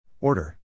Order